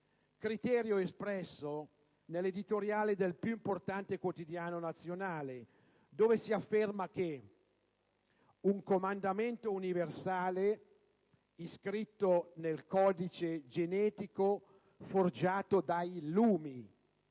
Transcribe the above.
criterio espresso nell'editoriale del più importante quotidiano nazionale, dove si afferma che un comandamento universale iscritto nell'identità forgiata dai Lumi